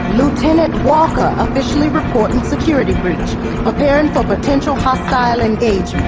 lieutenant walker officially reporting security breach preparing for potential hostile engagement